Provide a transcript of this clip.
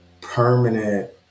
permanent